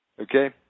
okay